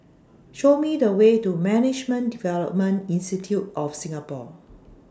Show Me The Way to Management Development Institute of Singapore